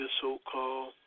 so-called